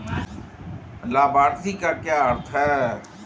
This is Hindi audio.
लाभार्थी का क्या अर्थ है?